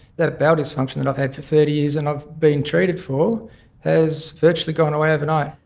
that bowel dysfunction that i've had for thirty years and i've been treated for has virtually gone away overnight.